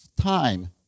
time